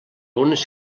algunes